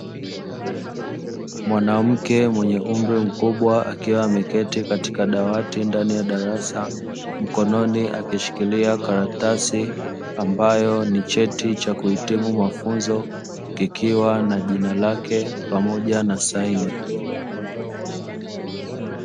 Mwanamke mwenye umri mkubwa akiwa ameketi katika dawati ndani ya darasa, mkononi akishikilia karatasi ambayo ni cheti cha kuhitimu mafunzo kikiwa na jina lake pamoja na saini.